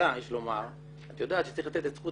מעולה יש לומר ואת יודעת שצריך לתת את זכות